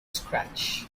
scratch